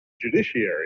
judiciary